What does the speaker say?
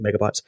megabytes